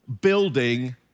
building